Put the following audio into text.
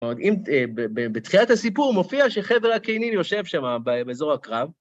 אם בתחילת הסיפור מופיע שחבר הקייני יושב שמה באזור הקרב,